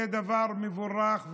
זה דבר מבורך.